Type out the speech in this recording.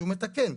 שהוא מתקן.